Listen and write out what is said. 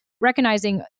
recognizing